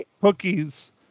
cookies